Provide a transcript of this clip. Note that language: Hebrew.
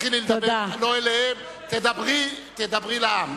תתחילי לדבר לא אליהם, תדברי לעם.